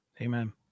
Amen